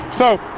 so,